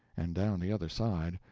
and down the other side,